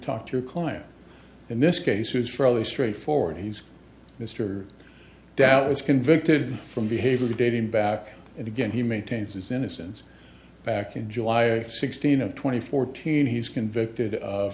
talk to your client in this case who is fairly straightforward he's mr doubt was convicted from behavior dating back and again he maintains his innocence back in july of sixteen of twenty fourteen he's convicted of